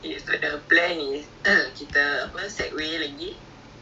err actually we can do the B_R also lah the B_R is ten token